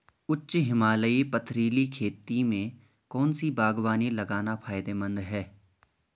उच्च हिमालयी पथरीली खेती में कौन सी बागवानी लगाना फायदेमंद है?